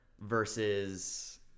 versus